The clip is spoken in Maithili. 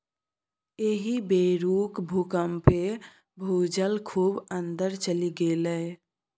एहि बेरुक भूकंपमे भूजल खूब अंदर चलि गेलै